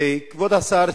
כבוד השר,